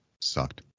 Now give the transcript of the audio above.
Sucked